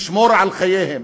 לשמור על חייהם.